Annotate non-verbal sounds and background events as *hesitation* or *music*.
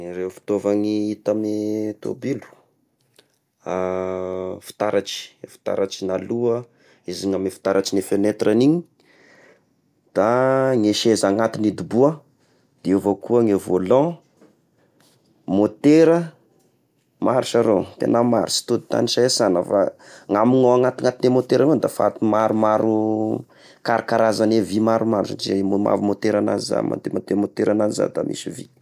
Ny ireo fitaovagny hita amy tôbilo, *hesitation* fitaratry, fitaratry ny aloha, izy amy fitaratry ny fenêtre agniny, da ny seza agnatiny hidoboa, de eo avao koa ny volan, môtera, maro saro tegna maro, sy toa tagnisay sana fa namignao anaty lamôteragny ao da afy maromaro karakarazagny vy maromaro satria io mo maha môtera azy na môtera, moteran'azy zagny da misy vy.